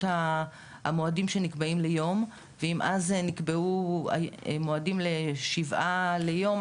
המועדים שנקבעים ליום ואם אז נקבעו מועדים ל-7 ליום,